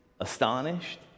Astonished